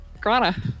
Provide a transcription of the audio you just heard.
Grana